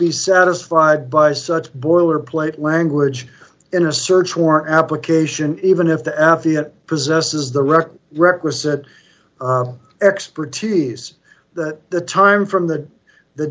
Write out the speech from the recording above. be satisfied by such boilerplate language in a search warrant application even if the affiant possesses the record requisite expertise that the time from the the